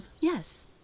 Yes